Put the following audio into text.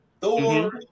Thor